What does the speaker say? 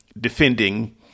defending